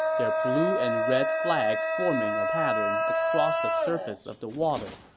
their blue and red flags forming a pattern across the surface of the water.